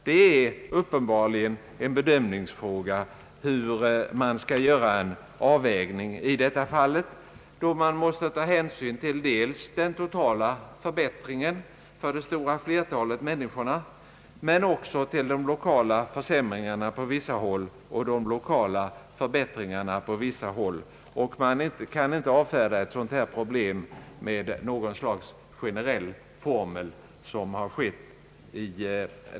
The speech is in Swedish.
Det är uppenbarligen en bedömningsfråga hur man skall göra avvägningen i sådana fall, varvid man måste ta hänsyn både till den totala förbättringen för det stora flertalet, de lokala försämringarna i vissa fall och de lokala förbättringarna i andra fall. Problemet kan inte avfärdas med något slags generell formel, så som här skett.